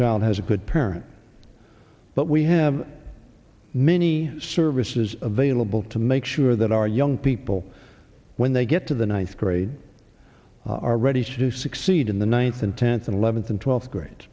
child has a good parent but we have many services available to make sure that our young people when they get to the ones grade are ready to succeed in the one thousand tenth and eleventh and twelfth grade